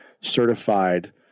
certified